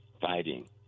fighting